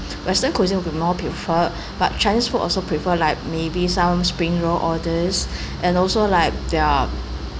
western cuisine will be more preferred but chinese food also prefer like maybe some spring roll all these and also like there're